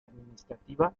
administrativa